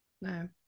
No